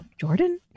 Jordan